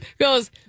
goes